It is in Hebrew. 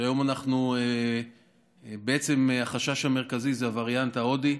שהיום בעצם החשש המרכזי זה הווריאנט ההודי,